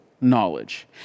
knowledge